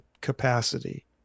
capacity